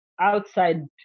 outside